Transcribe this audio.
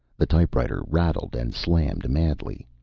the typewriter rattled and slammed madly.